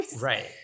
right